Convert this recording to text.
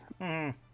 -hmm